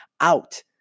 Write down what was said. out